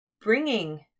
bringing